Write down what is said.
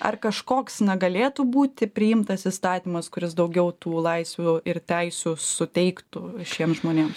ar kažkoks negalėtų būti priimtas įstatymas kuris daugiau tų laisvių ir teisių suteiktų šiem žmonėms